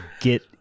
get